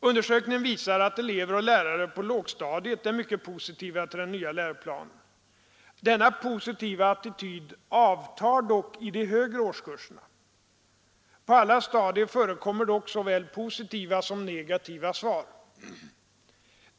Undersökningen visar att elever och lärare på lågstadiet är mycket positiva till den nya läroplanen. Denna positiva attityd avtar dock i de högre årskurserna. På alla stadier förekommer dock såväl positiva som negativa svar.